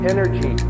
energy